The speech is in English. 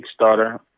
Kickstarter